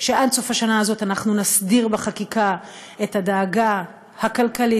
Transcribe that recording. שעד סוף השנה הזאת אנחנו נסדיר בחקיקה את הדאגה הכלכלית